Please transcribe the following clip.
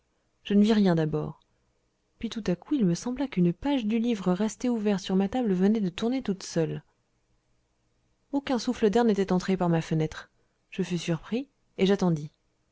je ne vis rien d'abord puis tout à coup il me sembla qu'une page du livre resté ouvert sur ma table venait de tourner toute seule aucun souffle d'air n'était entré par ma fenêtre je fus surpris et j'attendis